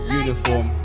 uniform